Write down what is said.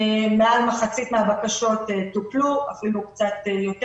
מעל מחצית מהבקשות טופלו, אפילו קצת יותר.